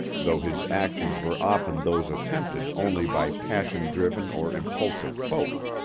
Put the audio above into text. though his actions were often those attempted only by passion-driven or impulsive folk.